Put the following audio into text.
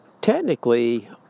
Technically